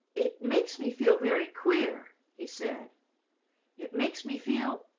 it makes me feel very queer, he said it makes me feel,